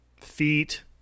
feet